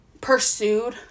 pursued